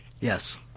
Yes